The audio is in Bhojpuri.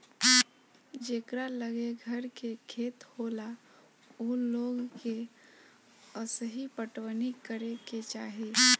जेकरा लगे घर के खेत होला ओ लोग के असही पटवनी करे के चाही